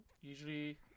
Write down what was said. usually